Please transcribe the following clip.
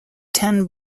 ten